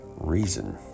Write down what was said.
reason